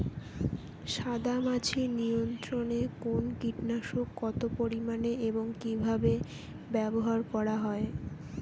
সাদামাছি নিয়ন্ত্রণে কোন কীটনাশক কত পরিমাণে এবং কীভাবে ব্যবহার করা হয়?